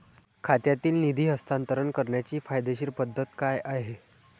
खात्यातील निधी हस्तांतर करण्याची कायदेशीर पद्धत काय आहे?